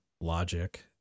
logic